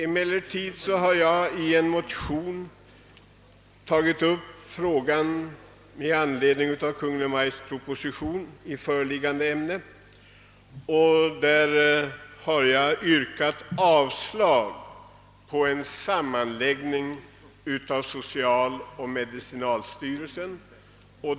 Emellertid har jag i en motion yrkat avslag på Kungl. Maj:ts förslag om en sammanläggning av socialstyrelsen och medicinalstyrelsen.